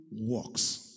works